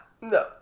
No